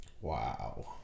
Wow